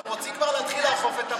אנחנו רוצים כבר להתחיל לאכוף על הפורעים.